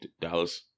Dallas